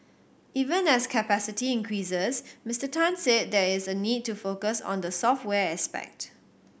even as capacity increases Mister Tan said there is a need to focus on the software aspect